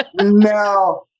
No